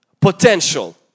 potential